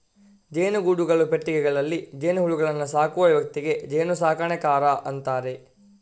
ಜೇನುಗೂಡುಗಳು, ಪೆಟ್ಟಿಗೆಗಳಲ್ಲಿ ಜೇನುಹುಳುಗಳನ್ನ ಸಾಕುವ ವ್ಯಕ್ತಿಗೆ ಜೇನು ಸಾಕಣೆಗಾರ ಅಂತಾರೆ